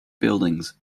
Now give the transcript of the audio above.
buildings